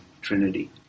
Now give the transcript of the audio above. trinity